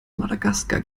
madagaskar